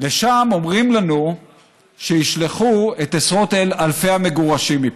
לשם אומרים לנו שישלחו את עשרות אלפי המגורשים מפה.